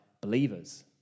believers